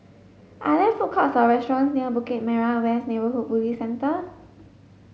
are there food courts or restaurants near Bukit Merah West Neighbourhood Police Centre